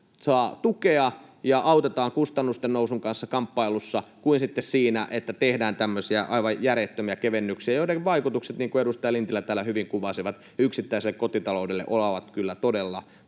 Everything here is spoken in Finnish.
saa tukea ja autetaan kustannusten nousun kanssa kamppailussa, kuin sitten sitä, että tehdään tämmöisiä aivan järjettömiä kevennyksiä, joiden vaikutukset, niin kuin edustaja Lintilä täällä hyvin kuvasi, yksittäiselle kotitaloudelle ovat kyllä todella,